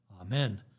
Amen